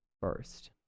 first